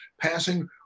passing